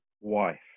wife